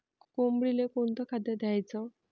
कोंबडीले कोनच खाद्य द्याच?